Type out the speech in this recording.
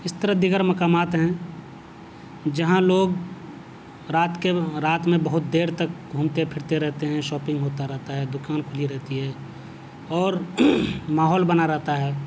اس طرح دیگر مقامات ہیں جہاں لوگ رات کے رات میں بہت دیر تک گھومتے پھرتے رہتے ہیں شاپنگ ہوتا رہتا ہے دکان کھلی رہتی ہے اور ماحول بنا رہتا ہے